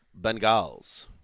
Bengals